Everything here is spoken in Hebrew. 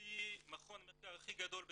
לפי מכון מחקר הכי גדול בצרפת,